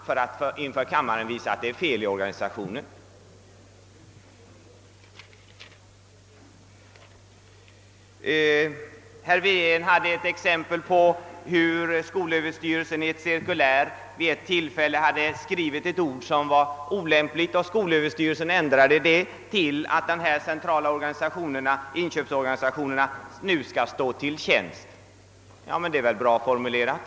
Herr Wedén anförde som exempel att skolöverstyrelsen i ett cirkulär vid ett tillfälle hade använt ett ord som var olämpligt; skolöverstyrelsen ändrade formuleringen till att dessa centrala inköpsorganisationer skall »stå till tjänst». Det är väl bra formulerat?